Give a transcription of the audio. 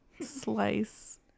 slice